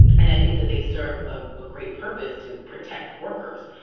and i think that they serve a ah great purpose to protect workers.